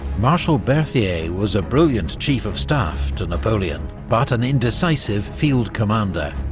marshal berthier was a brilliant chief-of-staff to napoleon, but an indecisive field commander.